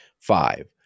five